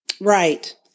Right